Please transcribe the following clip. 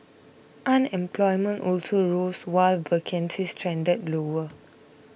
unemployment also rose while vacancies trended lower